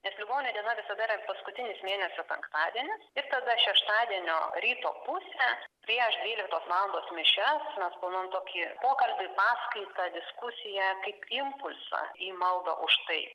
nes ligonio diena visada yra paskutinis mėnesio penktadienis ir tada šeštadienio ryto pusę prieš dvyliktos valandos mišias mes planuojam tokį pokalbį paskaitą diskusiją kaip impulsą į maldą už tai